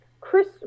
Chris